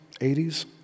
80s